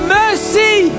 mercy